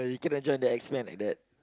you can't enjoy the expand like that